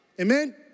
Amen